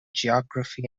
geography